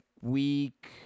week